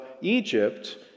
Egypt